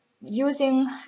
using